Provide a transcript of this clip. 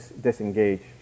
disengage